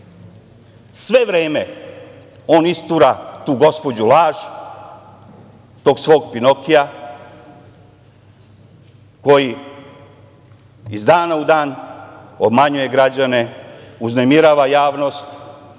Sve vreme on istura tu gospođu laž, tog svog pinokija, koji iz dana u dan obmanjuje građane uznemirava javnost,